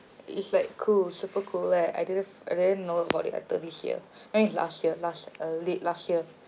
it's like cool super cool like I didn't I didn't know about it until this year I mean it's last year last uh late last year